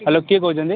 hello କିଏ କହୁଛନ୍ତି